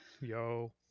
Yo